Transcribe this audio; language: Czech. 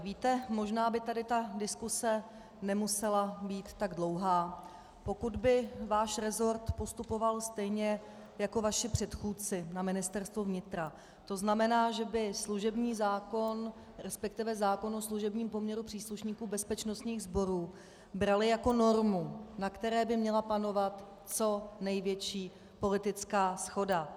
Víte, možná by tady ta diskuse nemusela být tak dlouhá, pokud by váš resort postupoval stejně jako vaši předchůdci na Ministerstvu vnitra, tzn. že by služební zákon, resp. zákon o služebním poměru příslušníků bezpečnostních sborů brali jako normu, na které by měla panovat co největší politická shoda.